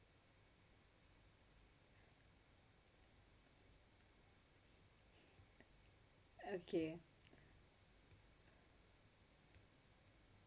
okay